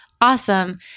Awesome